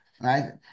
right